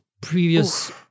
previous